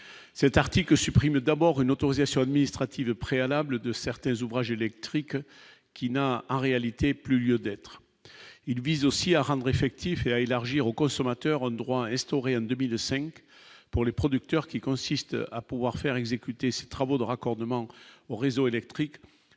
cet article supprimé d'abord une autorisation administrative préalable de certains ouvrages électriques qui n'a en réalité plus lieu d'être, il vise aussi à rendre effectif et à élargir aux consommateurs droit instaurer un 2005 pour les producteurs, qui consiste à pouvoir faire exécuter ces travaux de raccordement au réseau électrique